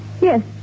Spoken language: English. yes